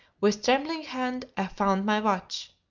with trembling hand i found my watch.